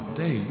day